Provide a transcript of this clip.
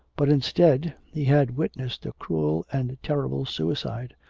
but instead he had witnessed a cruel and terrible suicide,